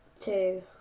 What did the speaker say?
two